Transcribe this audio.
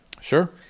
Sure